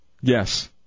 Yes